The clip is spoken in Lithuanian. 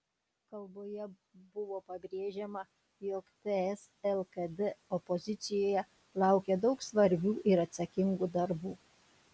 kalboje buvo pabrėžiama jog ts lkd opozicijoje laukia daug svarbių ir atsakingų darbų